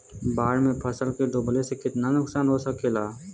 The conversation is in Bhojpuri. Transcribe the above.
बाढ़ मे फसल के डुबले से कितना नुकसान हो सकेला?